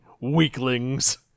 weaklings